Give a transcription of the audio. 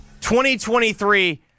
2023